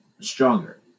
stronger